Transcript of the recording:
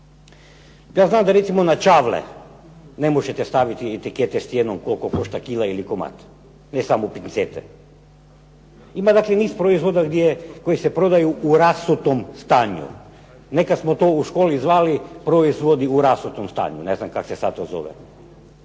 Ja znam da recimo na čavle ne možete staviti etikete s cijenom koliko košta kila ili komad ne samo pincete. Ima dakle niz proizvoda koji se prodaju u rasutom stanju. Nekad smo to u školi zvali proizvodi u rasutom stanju. Ne znam kak' se to sad zove.